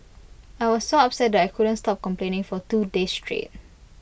I was so upset that I couldn't stop complaining for two days straight